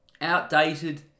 outdated